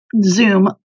Zoom